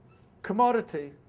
commodity,